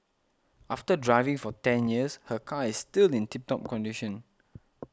after driving for ten years her car is still in tip top condition